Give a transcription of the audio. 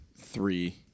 three